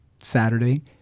Saturday